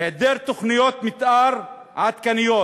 היעדר תוכניות מתאר עדכניות